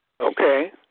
Okay